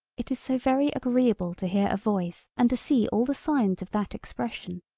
it is so very agreeable to hear a voice and to see all the signs of that expression.